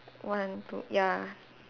one two ya